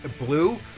Blue